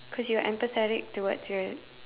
cause you're empathetic towards your